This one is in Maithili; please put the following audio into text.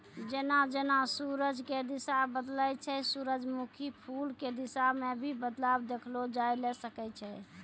जेना जेना सूरज के दिशा बदलै छै सूरजमुखी फूल के दिशा मॅ भी बदलाव देखलो जाय ल सकै छै